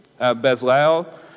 Bezalel